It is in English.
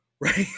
Right